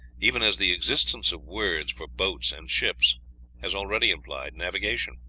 even as the existence of words for boats and ships has already implied navigation.